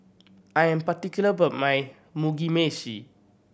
I am particular about my Mugi Meshi